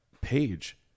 page